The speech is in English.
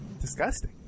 disgusting